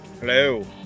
Hello